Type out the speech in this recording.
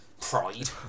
Pride